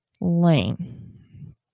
lane